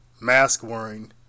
mask-wearing